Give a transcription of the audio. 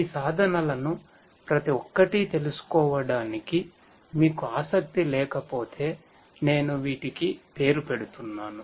ఈ సాధనాలను ప్రతి ఒక్కటి తెలుసుకోవటానికి మీకు ఆసక్తి లేకపోతే నేను వీటికి పేరు పెడుతున్నాను